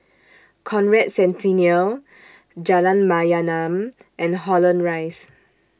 Conrad Centennial Jalan Mayaanam and Holland Rise